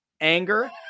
anger